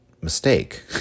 mistake